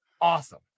awesome